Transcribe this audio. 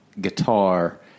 guitar